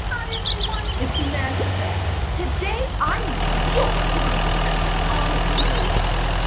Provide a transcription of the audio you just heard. hi everyone, it's madge the vag. today i'm reading your corona confessions on relationships.